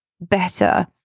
better